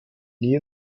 nie